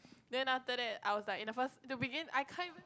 then after that I was like in the first to begin I can't even